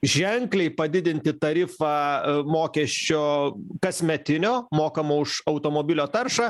ženkliai padidinti tarifą mokesčio kasmetinio mokamo už automobilio taršą